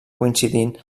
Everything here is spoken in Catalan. coincidint